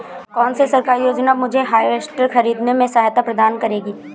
कौन सी सरकारी योजना मुझे हार्वेस्टर ख़रीदने में सहायता प्रदान करेगी?